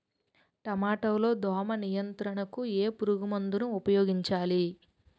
టమాటా లో దోమ నియంత్రణకు ఏ పురుగుమందును ఉపయోగించాలి?